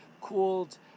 called